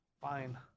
Fine